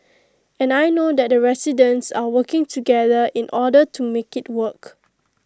and I know that the residents are working together in order to make IT work